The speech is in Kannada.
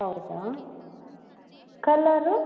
ಹೌದಾ ಕಲ್ಲರ್